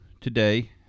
today